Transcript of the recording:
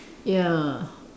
ya